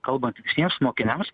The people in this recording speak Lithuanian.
kalbant visiems mokiniams